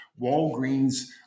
Walgreens